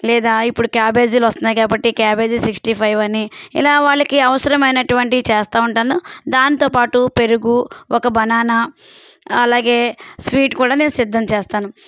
లేదా ఇప్పుడు క్యాబేజీలు వస్తున్నాయి కాబట్టి క్యాబేజీ సిక్స్టీ ఫైవ్ అని ఇలా వాళ్ళకి అవసరమైనటువంటియి చేస్తూ ఉంటాను దాంతోపాటు పెరుగు ఒక బనానా అలాగే స్వీట్ కూడా నేను సిద్ధం చేస్తాను